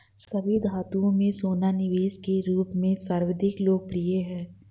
सभी धातुओं में सोना निवेश के रूप में सर्वाधिक लोकप्रिय है